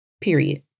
period